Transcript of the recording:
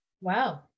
Wow